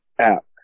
app